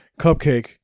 cupcake